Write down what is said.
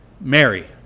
Mary